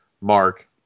mark